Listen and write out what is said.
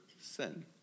sin